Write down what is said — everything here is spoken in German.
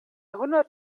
hundert